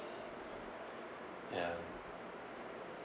ya